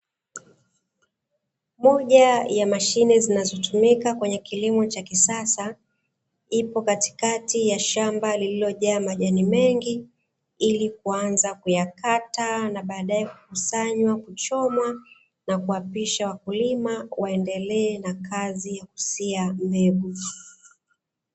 Moja ya mashine zinazotumika kwenye kilimo cha kisasa ipo katikati ya shamba lililojaa majani mengi, ili kuanza kuyakata na baadaye kukusanywa, kuchomwa, na kuwapisha wakulima waendelee na kazi husika mbele.